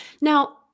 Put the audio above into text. Now